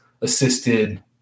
assisted